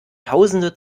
tausende